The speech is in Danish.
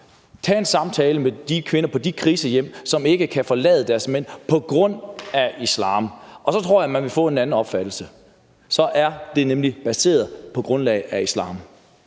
tager en samtale med de kvinder på krisehjem, som ikke kan forlade deres mænd på grund af islam. Så tror jeg, at man vil få en anden opfattelse; så er det nemlig baseret på islam.